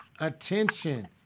attention